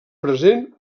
present